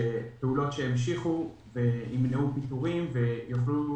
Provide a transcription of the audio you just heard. פעולות שהמשיכו וימנעו פיטורין ויוכלו